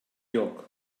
yok